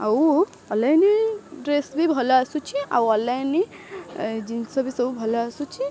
ଆଉ online dress ବି ଭଲ ଆସୁଛି ଆଉ ଅନଲାଇନ୍ ଜିନିଷ ବି ସବୁ ଭଲ ଆସୁଛି